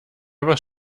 was